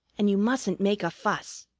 and you mustn't make a fuss.